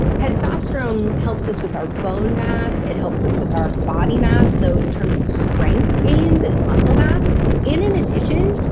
testosterone helps us with our bone mass, it helps us with our body mass. so in terms of strength gains and muscle mass and in addition,